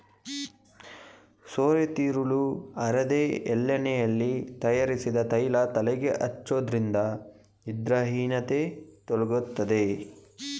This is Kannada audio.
ಸೋರೆತಿರುಳು ಅರೆದು ಎಳ್ಳೆಣ್ಣೆಯಲ್ಲಿ ತಯಾರಿಸಿದ ತೈಲ ತಲೆಗೆ ಹಚ್ಚೋದ್ರಿಂದ ನಿದ್ರಾಹೀನತೆ ತೊಲಗ್ತದೆ